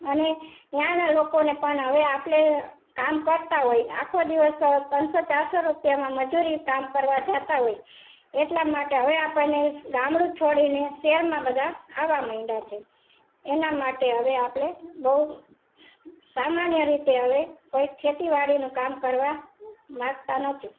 અને ત્યાંના લોકોને પણ હવે આપણે કામ કરતાં હોઇ આખો દિવસ ત્રણસો ચારસો રૂપિયામાં મજૂરી કામ કરવા જતા હોઇ એટલા માટે હવે આપણને ગામડું છોડીને શહેરમાં બધાં આવવા માંડ્યા છે એના માટે હવે આપણે બહુ સામાન્ય રીતે કોઈ ખેતીવાડીનું કામ કરવા માંગતા નથી